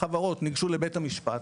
החברות ניגשו לבית המשפט,